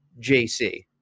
JC